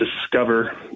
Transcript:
discover